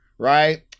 Right